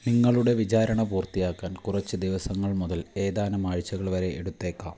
നിങ്ങളുടെ വിചാരണ പൂർത്തിയാക്കാൻ കുറച്ച് ദിവസങ്ങൾ മുതൽ ഏതാനും ആഴ്ചകൾ വരെ എടുത്തേക്കാം